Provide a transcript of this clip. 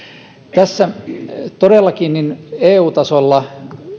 tässä todellakin eu tasolla